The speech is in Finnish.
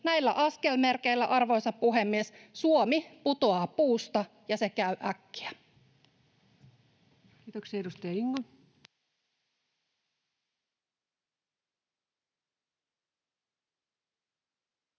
Näillä askelmerkeillä, arvoisa puhemies, Suomi putoaa puusta, ja se käy äkkiä. [Speech 417]